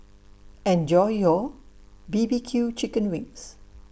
Enjoy your B B Q Chicken Wings